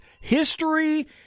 History